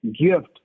gift